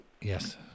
Yes